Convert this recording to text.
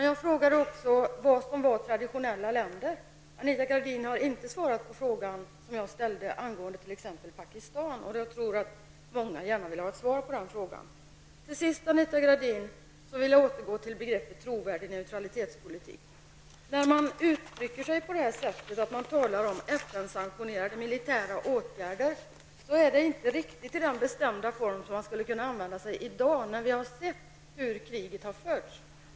Jag frågade också vad som är traditionella länder. Anita Gradin har inte svarat på frågan som jag ställde angående t.ex. Pakistan. Jag tror att många gärna vill ha svar på den frågan. Till sist, Anita Gradin, vill jag återgå till begreppet trovärdig neutralitetspolitik. När det talas om FN sanktionerade militära åtgärder är det inte riktigt i den bestämda form som man skulle kunna använda sig av i dag när vi har sett hur kriget har förts.